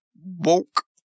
woke